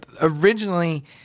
originally